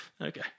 Okay